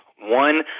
one